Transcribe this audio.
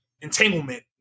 entanglement